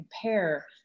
compare